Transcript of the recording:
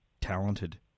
talented